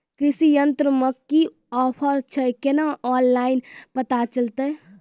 कृषि यंत्र मे की ऑफर छै केना ऑनलाइन पता चलतै?